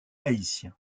haïtien